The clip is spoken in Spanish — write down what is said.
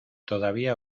todavía